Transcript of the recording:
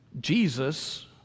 Jesus